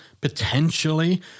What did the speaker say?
potentially